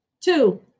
two